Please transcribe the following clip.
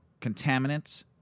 contaminants